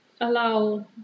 allow